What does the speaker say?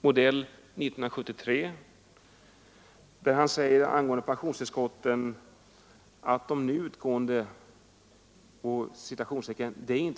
modell 1973. ”Det är inte så dåligt”, sade han om de nu utgående pensionstillskotten.